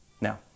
Now